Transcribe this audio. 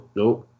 nope